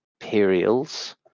imperials